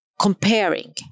comparing